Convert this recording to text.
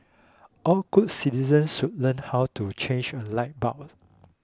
all good citizens should learn how to change a light bulb